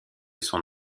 son